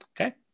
Okay